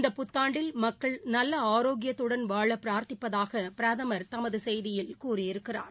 இந்த புத்தாண்டில் மக்கள் நல்ல ஆரோக்கியத்துடன் வாழ் பிரார்த்திப்பதாக பிரதமர் தமது செய்தியில் கூறியிருக்கிறார்